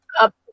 up